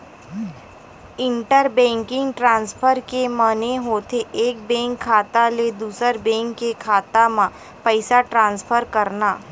inter banking transfer के माने होथे एक बेंक खाता ले दूसर बेंक के खाता म पइसा ट्रांसफर करना